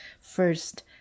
first